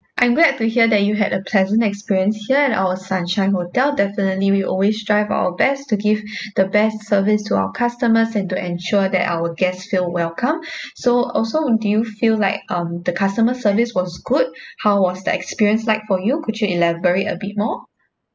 I'm glad to hear that you had a pleasant experience here at our sunshine hotel definitely we always strive our best to give the best service to our customers and to ensure that our guests feel welcome so also do you feel like um the customer service was good how was the experience like for you could you elaborate a bit more